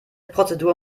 prozedur